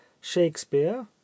shakespeare